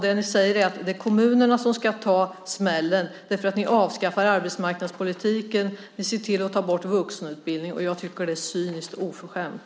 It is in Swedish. Det ni säger är att det är kommunerna som ska ta smällen, eftersom ni avskaffar arbetsmarknadspolitiken och ser till att ta bort vuxenutbildningen. Jag tycker att det är cyniskt och oförskämt.